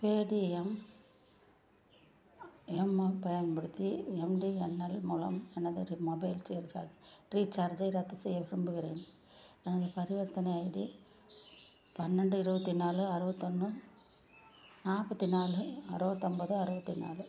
Paytm எம் பயன்படுத்தி MTNL மூலம் எனது மொபைல் ரீசார்ஜ் ரீசார்ஜை ரத்துசெய்ய விரும்புகிறேன் எனது பரிவர்த்தனை ஐடி பன்னெண்டு இருபத்தி நாலு அறுபத்தொன்னு நாற்பத்தி நாலு அறுபத்தொம்போது அறுத்தி நாலு